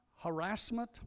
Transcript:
harassment